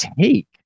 take